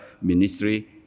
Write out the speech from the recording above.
Ministry